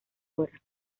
hora